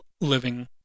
living